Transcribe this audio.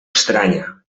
estranya